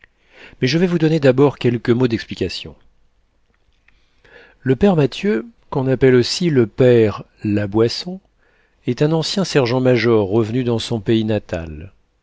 mais je vais vous donner d'abord quelques mots d'explication le père mathieu qu'on appelle aussi le père la boisson est un ancien sergent-major revenu dans son village natal